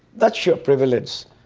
that's your privilege.